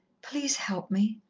please help me.